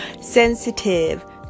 sensitive